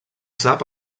sap